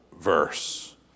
verse